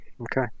okay